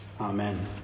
Amen